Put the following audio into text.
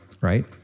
right